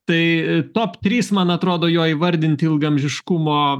tai top trys man atrodo jo įvardinti ilgaamžiškumo